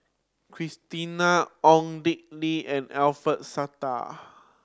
Christina Ong Dick Lee and Alfian Sa'at